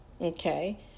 okay